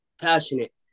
passionate